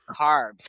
carbs